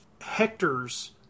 Hector's